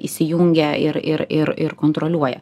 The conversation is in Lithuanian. įsijungia ir ir ir ir kontroliuoja